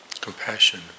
compassion